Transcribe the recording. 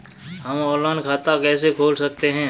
हम ऑनलाइन खाता कैसे खोल सकते हैं?